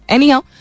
Anyhow